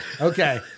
Okay